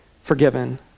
forgiven